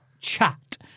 chat